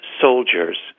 soldiers